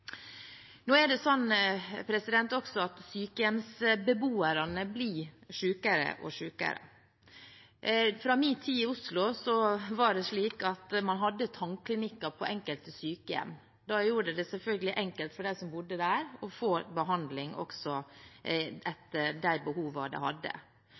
Nå er det også slik at sykehjemsbeboerne blir sykere og sykere. Fra min tid i Oslo var det slik at man hadde tannklinikker på enkelte sykehjem. Det gjorde det selvfølgelig enkelt for dem som bodde der, å få behandling etter de behovene de hadde.